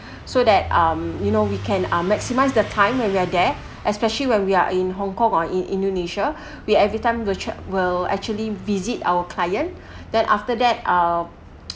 so that um you know we can uh maximise the time when we're there especially when we are in Hong-Kong or in indonesia we every time go check will actually visit our client then after that I'll